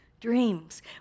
dreams